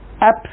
app